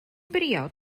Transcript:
briod